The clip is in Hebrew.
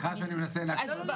סליחה שאני מנסה להקשות.